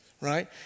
right